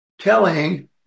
Telling